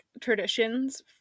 traditions